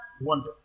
wonder